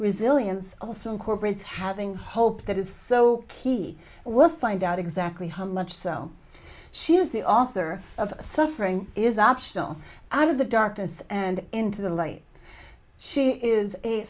resilience also incorporates having hope that is so key we'll find out exactly how much so she is the author of suffering is optional out of the darkness and into the light she is a